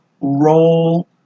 roll